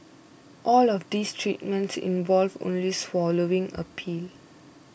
all of these treatments involve only swallowing a pill